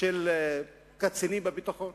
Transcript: של קצינים בביטחון,